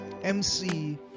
MC